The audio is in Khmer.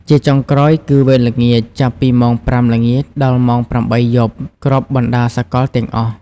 ជាចុងក្រោយគឺ វេនល្ងាច ចាប់ពីម៉ោង ៥ ល្ងាច ដល់ម៉ោង ៨ យប់ គ្រប់បណ្ដាសកលទាំងអស់។